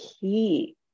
key